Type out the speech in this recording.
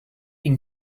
been